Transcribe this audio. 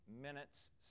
minutes